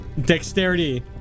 dexterity